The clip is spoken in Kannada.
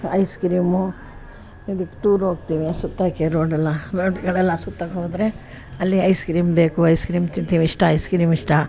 ಐಸ್ ಕ್ರೀಮು ಇದಕ್ಕೆ ಟೂರ್ ಹೋಗ್ತೀವಿ ಸುತ್ತೋಕ್ಕೆ ರೋಡೆಲ್ಲ ರೋಡುಗಳೆಲ್ಲ ಸುತ್ತಕ್ಹೋದ್ರೆ ಅಲ್ಲಿ ಐಸ್ ಕ್ರೀಮ್ ಬೇಕು ಐಸ್ ಕ್ರೀಮ್ ತಿಂತೀವಿ ಇಷ್ಟ ಐಸ್ ಕ್ರೀಮ್ ಇಷ್ಟ